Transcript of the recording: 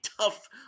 tough